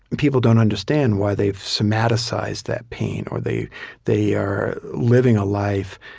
and people don't understand why they've somaticized that pain or they they are living a life,